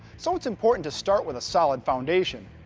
so it's important to start with a solid foundation.